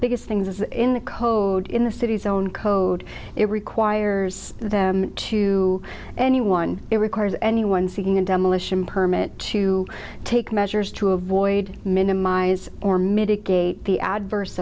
biggest things is in the code in the city's own code it requires them to anyone it requires anyone seeking a demolition permit to take measures to avoid minimize or mitigate the adverse